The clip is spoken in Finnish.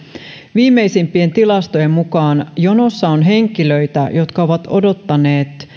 viimeisimpien tilastojen mukaan jonossa on henkilöitä jotka ovat odottaneet